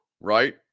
right